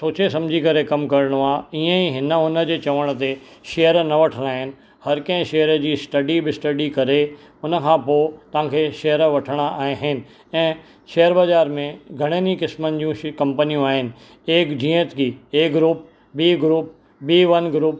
सोचे सम्झी करे कमु करिणो आहे ईअं ई हिन हुन जे चवण ते शेयर न वठिणा आहिनि हर कंहिं शेयर जी स्टडी विस्टडी करे उन खां पोइ तव्हांखे शेयर वठिणा आहिनि ऐं शेयर बाज़ारि में घणनि ई क़िस्मनि जूं कम्पनियूं आहिनि इहे जीअं थी A group B group B one group